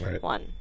one